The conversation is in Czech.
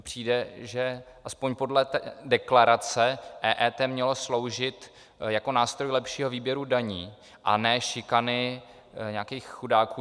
Přijde mi, že aspoň podle deklarace EET mělo sloužit jako nástroj lepšího výběru daní a ne šikany nějakých chudáků.